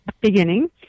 beginning